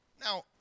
Now